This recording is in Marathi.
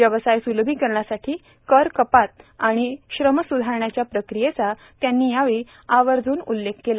व्यवसाय सुलभीकरणासाठी करकपात आणि श्रमसुधारण्याच्या प्रक्रियेचा त्यांनी आर्वजून उल्लेख केला